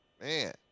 Man